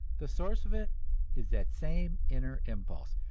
the source of it is that same inner impulse,